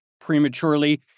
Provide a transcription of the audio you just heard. prematurely